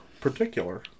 particular